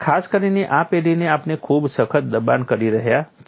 ખાસ કરીને આ પેઢીને આપણે ખૂબ સખત દબાણ કરી રહ્યા છીએ